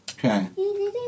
Okay